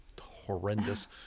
horrendous